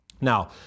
Now